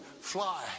fly